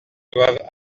doivent